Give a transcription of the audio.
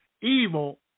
evil